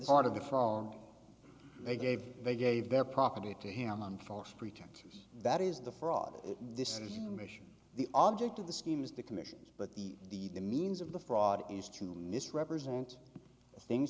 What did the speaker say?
heart of the farm they gave they gave their property to him on false pretenses that is the fraud decision and mission the object of the scheme is the commissions but the the the means of the fraud is to misrepresent things